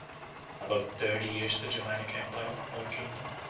above thirty years the germanic empire, or kingdom,